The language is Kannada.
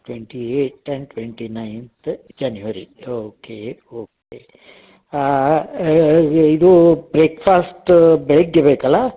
twenty eight and twenty ninth January okay okay ಇದು ಬ್ರೇಕ್ಫಾಸ್ಟ್ ಬೆಳಗ್ಗೆ ಬೇಕಲ್ಲ